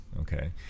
okay